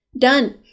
Done